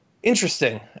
Interesting